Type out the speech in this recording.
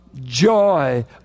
joy